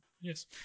Yes